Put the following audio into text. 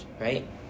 right